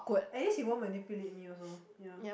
at least he won't manipulate me also yeah